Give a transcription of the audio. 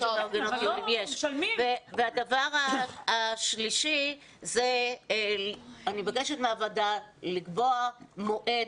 הדבר השלישי שאני מבקשת מהוועדה לקבוע מועד,